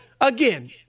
again